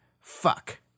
fuck